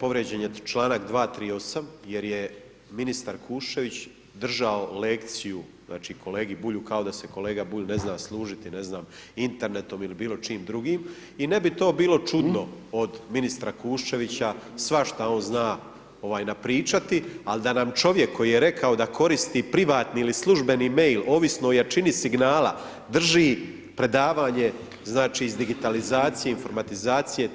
Povrijeđen je čl. 238. jer je ministar Kuščević držao lekciju, znači, kolegi Bulju, kao da se kolega Bulj ne zna služiti, ne znam, internetom ili bilo čim drugim i ne bi to bilo čudno od ministra Kuščevića, svašta on zna napričati, al da nam čovjek koji je rekao da koristi privatni ili službeni mail ovisno o jačini signala, drži predavanje, znači, iz digitalizacije, informatizacije,